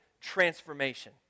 transformation